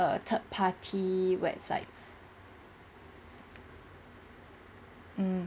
err third party websites mm